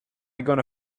going